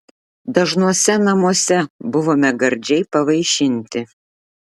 dažnuose namuose buvome gardžiai pavaišinti